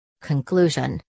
Conclusion